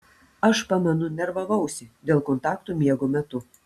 aš pamenu nervavausi dėl kontakto miego metu